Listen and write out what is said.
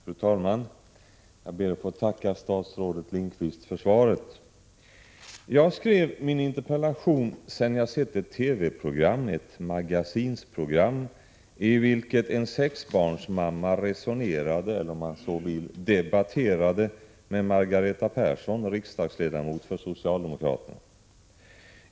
Fru talman! Jag ber att få tacka statsrådet Lindqvist för svaret. Jag skrev min interpellation sedan jag sett ett TV-program. Det var ett Magasinprogram i vilket en sexbarnsmamma resonerade, eller om man så vill debatterade, med Margareta Persson, riksdagsledamot för socialdemokraterna.